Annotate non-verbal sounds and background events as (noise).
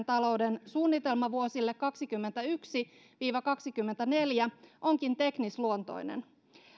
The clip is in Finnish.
(unintelligible) talouden suunnitelma vuosille kaksikymmentäyksi viiva kaksikymmentäneljä onkin teknisluontoinen